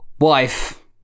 wife